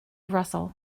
russell